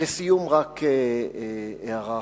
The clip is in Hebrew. לסיום, רק הערה אחת: